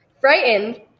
Frightened